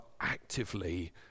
actively